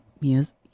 music